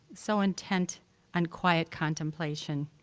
so intent on quiet contemplation,